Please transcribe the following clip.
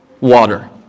water